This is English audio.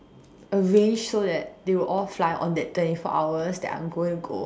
arrange so that they will all fly on that twenty four hours that I'm going to go